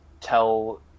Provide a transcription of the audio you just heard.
tell